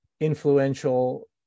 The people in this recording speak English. influential